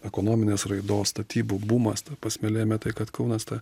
ekonominės raidos statybų bumas ta prasme lėmė tai kad kaunas tą